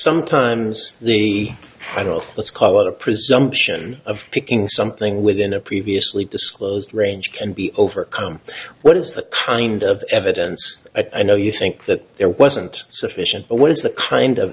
sometimes they handle let's call it a presumption of picking something within a previously disclosed range can be overcome what is the kind of evidence i don't know you think that there wasn't sufficient but what is the kind of